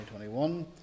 2021